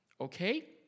Okay